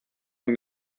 man